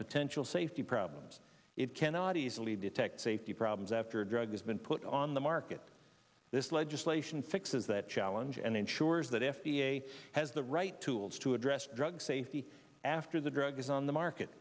potential safety problems it cannot easily detect safety problems after a drug has been put on the market this legislation fixes that challenge and ensures that f d a has the right tools to address drug safety after the drug is on the market